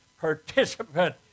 participant